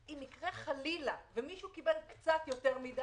אם יקרה חס וחלילה שמישהו קיבל קצת יותר מדי